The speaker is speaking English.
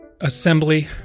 assembly